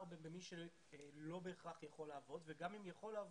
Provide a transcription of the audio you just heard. במי שלא בהכרח יכול לעבוד וגם אם הוא יכול לעבוד,